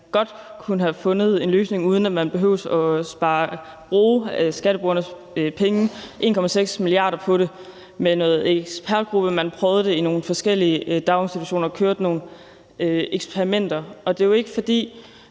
godt kunne have fundet en løsning, uden at man havde behøvet at bruge skatteborgernes penge, altså 1,6 mia. kr., på det. Man havde en ekspertgruppe, og man prøvede det i nogle forskellige daginstitutioner og kørte nogle eksperimenter. Altså, jeg er